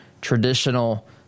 traditional